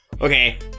Okay